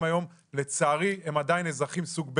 היום לצערי הם עדיין אזרחים סוג ב'